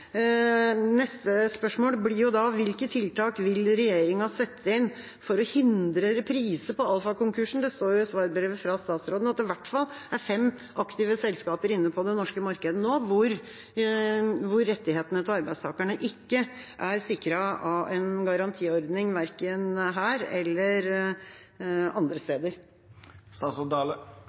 Neste spørsmål blir da: Hvilke tiltak vil regjeringa sette inn for å hindre reprise på Alpha-konkursen? Det står i svarbrevet fra statsråden at det i hvert fall er fem aktive selskaper inne på det norske markedet nå, hvor rettighetene til arbeidstakerne ikke er sikret av en garantiordning, verken her eller andre